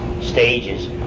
stages